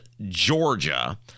Georgia